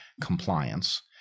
compliance